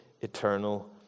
eternal